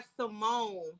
Simone